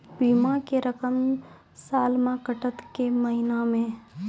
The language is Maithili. बीमा के रकम साल मे कटत कि महीना मे?